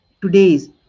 today's